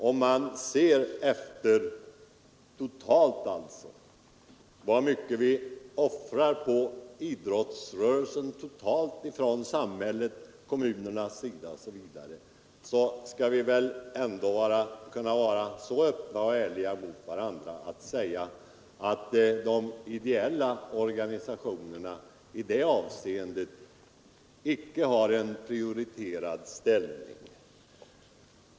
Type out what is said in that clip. Om vi ser efter hur mycket vi totalt offrar på idrottsrörelsen från samhällets sida, kan vi väl ändå vara så öppna och ärliga mot varandra att vi kan säga att de ideella organisationerna i det avseendet icke har en prioriterad ställning.